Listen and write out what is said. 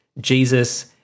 Jesus